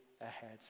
ahead